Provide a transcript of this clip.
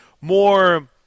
more